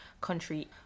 country